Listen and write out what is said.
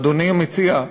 אדוני המציע,